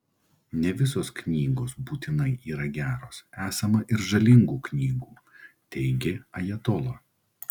ne visos knygos būtinai yra geros esama ir žalingų knygų teigė ajatola